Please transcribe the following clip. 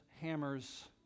hammers